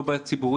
לא בעיה ציבורית,